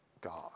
God